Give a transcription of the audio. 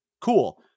Cool